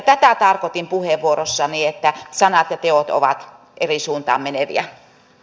tätä tarkoitin puheenvuorossani että sanat ja teot ovat eri suuntaan meneviä